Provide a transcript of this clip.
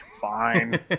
fine